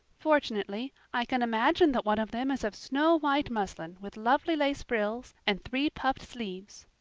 fortunately i can imagine that one of them is of snow-white muslin with lovely lace frills and three-puffed sleeves.